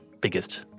biggest